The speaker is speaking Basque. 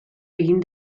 egin